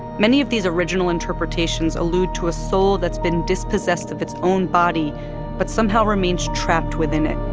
many of these original interpretations allude to a soul that's been dispossessed of its own body but somehow remains trapped within it